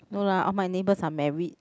no lah all my neighbours are married